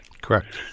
Correct